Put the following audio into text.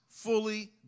Fully